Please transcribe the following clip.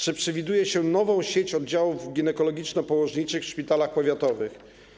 Czy przewiduje się nową sieć oddziałów ginekologiczno-położniczych w szpitalach powiatowych?